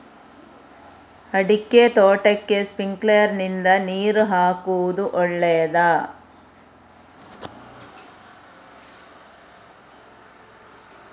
ಅಡಿಕೆ ತೋಟಕ್ಕೆ ಸ್ಪ್ರಿಂಕ್ಲರ್ ನಿಂದ ನೀರು ಹಾಕುವುದು ಒಳ್ಳೆಯದ?